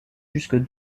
jusque